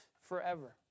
forever